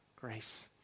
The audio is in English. grace